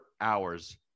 hours